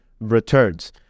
returns